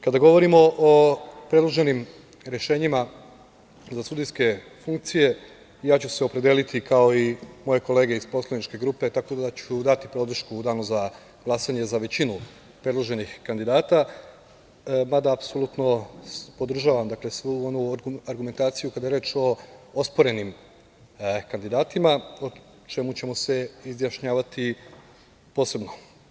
Kada govorimo o predloženim rešenjima za sudijske funkcije, ja ću se opredeliti kao i moje kolege iz poslaničke grupe tako da ću dati podršku u danu za glasanje za većinu predloženih kandidata, mada apsolutno podržavam svu onu argumentaciju kada je reč osporenim kandidatima, o čemu ćemo se izjašnjavati posebno.